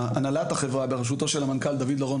הנהלת החברה בראשותו של המנכ"ל דוד לרון